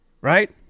Right